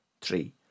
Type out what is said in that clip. three